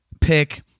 pick